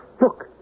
Look